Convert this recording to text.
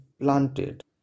planted